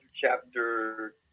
chapter